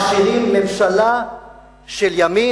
מכשירים ממשלה של ימין.